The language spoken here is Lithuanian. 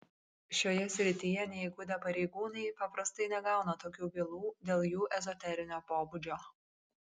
šioje srityje neįgudę pareigūnai paprastai negauna tokių bylų dėl jų ezoterinio pobūdžio